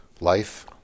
Life